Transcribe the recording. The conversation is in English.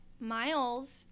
Miles